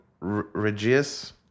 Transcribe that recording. Regius